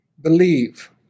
believe